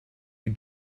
you